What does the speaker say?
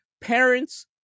Parents